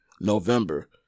November